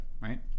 right